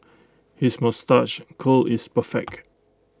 his moustache curl is perfect